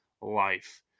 life